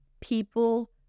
people